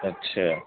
اچھا